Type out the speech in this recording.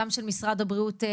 גם של משרד הבריאות,